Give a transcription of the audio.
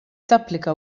tapplika